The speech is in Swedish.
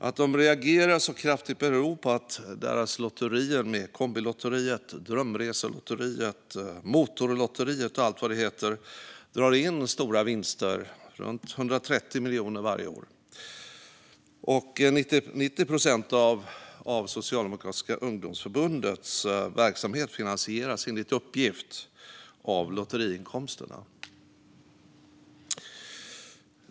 Att de reagerar så kraftigt beror på att deras lotterier - Kombilotteriet, Drömreselotteriet, Motorlotteriet och allt vad de heter - drar in stora vinster, runt 130 miljoner varje år. Enligt uppgift finansieras 90 procent av det socialdemokratiska ungdomsförbundets verksamhet av lotteriinkomsterna.